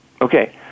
Okay